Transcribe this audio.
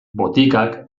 botikak